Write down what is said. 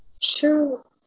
Sure